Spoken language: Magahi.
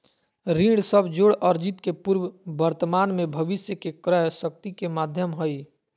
ऋण सब जोड़ अर्जित के पूर्व वर्तमान में भविष्य के क्रय शक्ति के माध्यम हइ